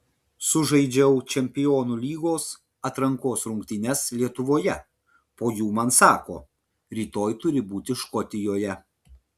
sužaidžiau čempionų lygos atrankos rungtynes lietuvoje po jų man sako rytoj turi būti škotijoje